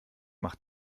macht